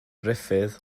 ruffydd